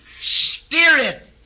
spirit